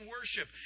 worship